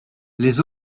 les